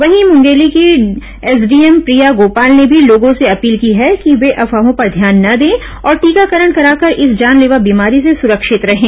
वहीं मुंगेली की एसडीएम प्रिया गोपाल ने भी लोगों से अपील की है कि वे अफवाहों पर ध्यान न दें और टीकाकरण करा कर इस जानलेवा बीमारी से सुरक्षित रहें